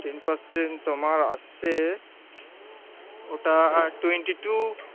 ten percent তোমার আসছে ওটা টোয়েন্টি টু